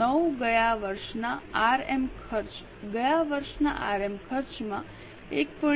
9 ગયા વર્ષના આરએમ ખર્ચ ગયા વર્ષના આરએમ ખર્ચ માં 1